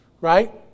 Right